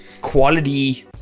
quality